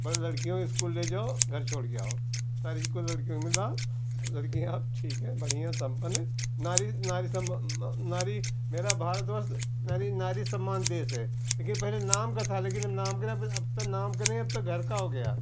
बस लड़कियों को स्कूल ले जाओ घर छोड़ कर आओ सारी को लड़कियों को मिलवाओ लड़कियाँ अब ठीक है बढ़िया संपन्न है नारी नारी सम नारी मेरा भारत वर्ष नारी नारी सम्मान देश है लेकिन पहले नाम का था लेकिन नाम के नाम पर अब तो नाम के नहीं अब तो घर का हो गया